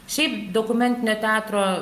šiaip dokumentinio teatro